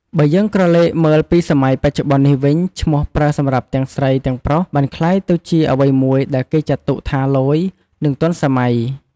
បើយើង ក្រឡេកមើលពីសម័យបច្ចុបន្ននេះវិញ ឈ្មោះប្រើសម្រាប់ទាំងស្រីទាំងប្រុសបានក្លាយទៅជាអ្វីមួយដែលគេចាត់ទុកថា ឡូយ និងទាន់សម័យ។